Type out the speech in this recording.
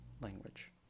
Language